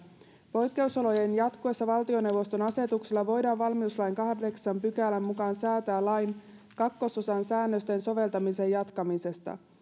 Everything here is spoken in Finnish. poikkeusolojen jatkuessa valtioneuvoston asetuksella voidaan valmiuslain kahdeksannen pykälän mukaan säätää lain kakkososan säännösten soveltamisen jatkamisesta